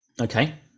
Okay